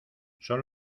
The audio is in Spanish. son